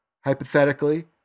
hypothetically